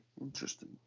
Interesting